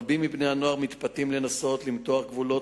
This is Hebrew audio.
רבים מבני-הנוער מתפתים לנסות למתוח גבולות